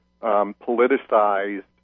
politicized